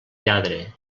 lladre